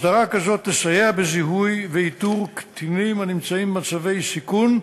הסדרה כזו תסייע בזיהוי ואיתור קטינים הנמצאים במצבי סיכון,